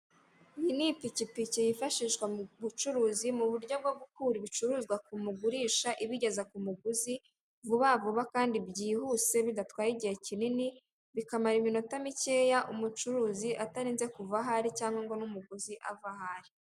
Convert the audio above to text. Iyi ni ipikipiki yifashishwa mu bucuruzi, mu buryo bwo gukura ibicuruzwa ku mugurisha ibigeza ku muguzi vuba vuba kandi byihuse bidatwaye igihe kinini bikamara iminota mikeya, umucuruzi atarenze kuva aho ari cyangwa ngo n'umuguzi ava aho ari.